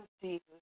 Jesus